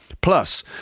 Plus